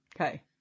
Okay